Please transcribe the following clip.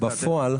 שימצאו פראייר אחר.